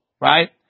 Right